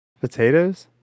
Potatoes